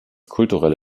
kulturelle